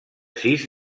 sis